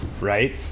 Right